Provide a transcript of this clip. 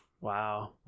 Wow